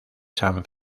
san